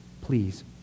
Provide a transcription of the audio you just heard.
Please